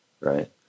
right